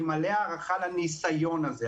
מלא הערכה לניסיון הזה,